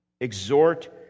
Exhort